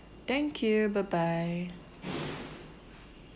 thank you bye bye